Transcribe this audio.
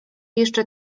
jeszcze